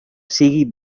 sigui